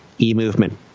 e-movement